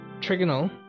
trigonal